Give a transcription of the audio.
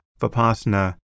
Vipassana